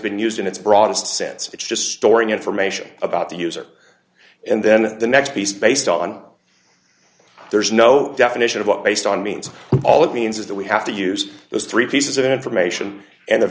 been used in its broadest sense it's just storing information about the user and then the next piece based on there is no definition of what based on means all it means is that we have to use those three pieces of information and the